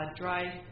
dry